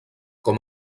com